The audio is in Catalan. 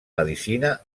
medicina